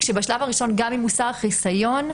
בשלב הראשון, גם אם הוסר החיסיון,